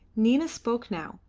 nina spoke now,